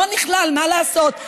לא נכלל, מה לעשות.